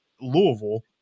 Louisville